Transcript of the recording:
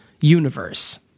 universe